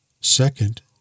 Second